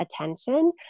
attention